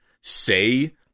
say